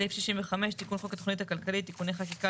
תיקון חוק התוכנית הכלכלית (תיקוני חקיקה